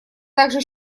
также